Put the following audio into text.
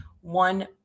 one